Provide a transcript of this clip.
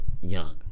young